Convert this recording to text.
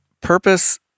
purpose